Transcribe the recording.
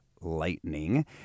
Lightning